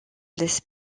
laisse